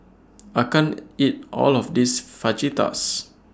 I can't eat All of This Fajitas